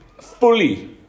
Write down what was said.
fully